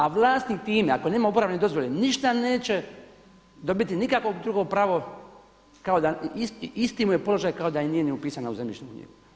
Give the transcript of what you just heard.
A vlasnik time ako nema uporabne dozvole ništa neće, dobiti nikakvo drugo pravo kao da, isti mu je položaj kao da i nije upisana u zemljišnu knjigu.